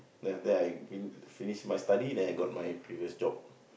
then after that I g~ finish my study then I got my previous job